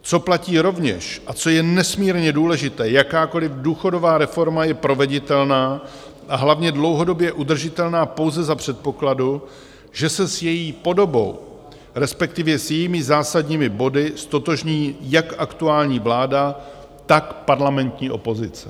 Co platí rovněž a co je nesmírně důležité, jakákoliv důchodová reforma je proveditelná a hlavně dlouhodobě udržitelná pouze za předpokladu, že se s její podobou, respektive s jejími zásadními body, ztotožní jak aktuální vláda, tak parlamentní opozice.